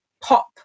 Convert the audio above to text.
pop